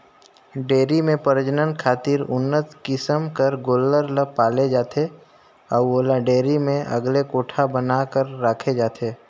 dairy में प्रजनन खातिर उन्नत किसम कर गोल्लर ल पाले जाथे अउ ओला डेयरी में अलगे कोठा बना कर राखे जाथे